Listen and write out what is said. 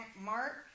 Mark